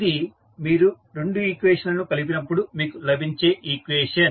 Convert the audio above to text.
ఇది మీరు రెండు ఈక్వేషన్ లను కలిపినప్పుడు మీకు లభించే ఈక్వేషన్